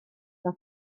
fel